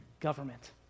government